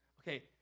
Okay